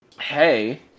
hey